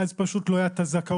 אז פשוט לא הייתה הזכאות.